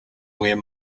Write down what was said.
where